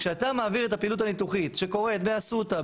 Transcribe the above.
כשאתה מעביר את הפעילות הניתוחית שקורית באסותא,